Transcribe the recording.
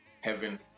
heaven